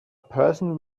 person